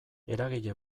eragile